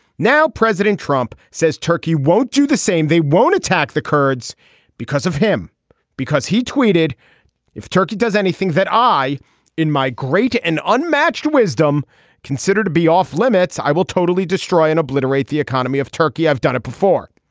now president trump says turkey won't do the same. they won't attack the kurds because of him because he tweeted if turkey does anything that i in my great and unmatched wisdom consider to be off limits i will totally destroy and obliterate the economy of turkey i've done it before.